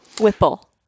Whipple